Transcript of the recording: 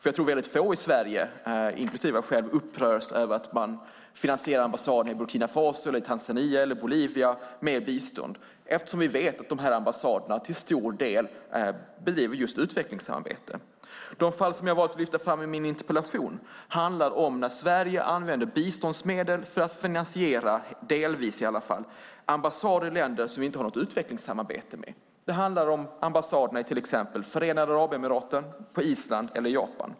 Jag tror att det är få i Sverige, inklusive jag själv, som upprörs över att man finansierar ambassaderna i Burkina Faso, Tanzania och Bolivia med bistånd eftersom vi vet att dessa ambassader till stor del bedriver just utvecklingssamarbete. De fall som jag valt att lyfta fram i min interpellation handlar om att Sverige använder biståndsmedel för att finansiera, åtminstone delvis, ambassader i länder som vi inte har något utvecklingssamarbete med. Det handlar till exempel om ambassaderna i Förenade Arabemiraten, på Island och i Japan.